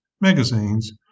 magazines